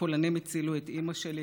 ופולנים הצילו את אימא שלי,